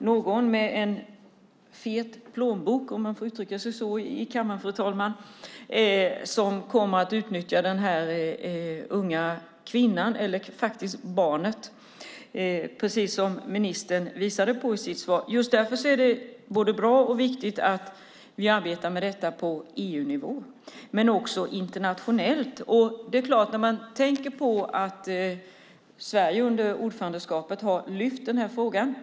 Någon med en fet plånbok - om man får uttrycka sig så i kammaren, fru talman - kommer att utnyttja den unga kvinnan eller barnet, precis som ministern visade på i sitt svar. Just därför är det både bra och viktigt att vi arbetar med detta på EU-nivå och internationellt. Sverige har under sitt ordförandeskap lyft upp frågan.